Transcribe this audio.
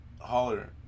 Holler